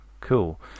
Cool